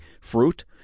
fruit